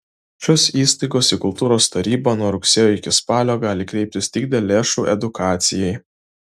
šios įstaigos į kultūros tarybą nuo rugsėjo iki spalio gali kreiptis tik dėl lėšų edukacijai